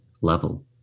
level